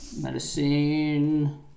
Medicine